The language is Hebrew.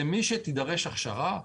למי שתידרש הכשרה,